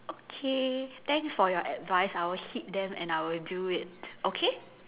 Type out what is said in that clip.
okay thanks for your advice I will heed them and I will do it okay